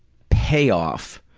pay-off,